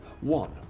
One